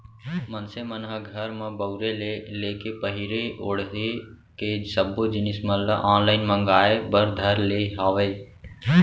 मनसे मन ह घर म बउरे ले लेके पहिरे ओड़हे के सब्बो जिनिस मन ल ऑनलाइन मांगए बर धर ले हावय